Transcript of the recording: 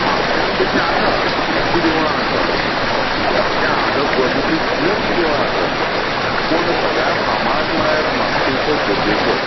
म्हापश्यांत तशी आसात खुबशीं देवळां आसात म्हापश्यां आजब गाजोवपी खुबशीं देवळां आसात पूण सगळ्यां फामाद म्हळ्यार म्हापशेचो बोडगेश्वर